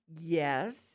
Yes